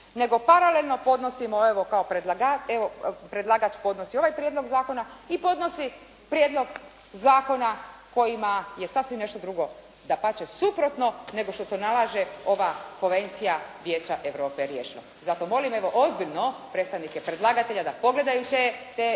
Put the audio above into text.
evo kao predlagač, evo predlagač podnosi ovaj prijedlog zakona i podnosi prijedlog zakona kojima je sasvim nešto drugo, dapače suprotno nego što to nalaže ova Konvencija vijeća Europe riješeno. Zato molim evo ozbiljno predstavnike predlagatelja da pogledaju te